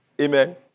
Amen